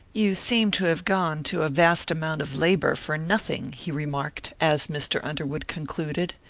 you seem to have gone to a vast amount of labor for nothing, he remarked, as mr. underwood concluded.